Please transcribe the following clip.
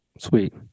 Sweet